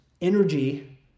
energy